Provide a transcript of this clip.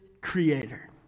creator